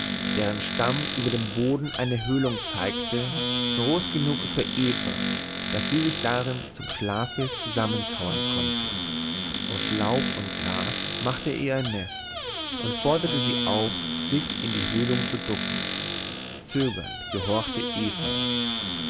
deren stamm über dem boden eine höhlung zeigte groß genug für eva daß sie sich darin zum schlafe zusammenkauern konnte aus laub und gras machte er ihr ein nest und forderte sie auf sich in die höhlung zu ducken zögernd gehorchte eva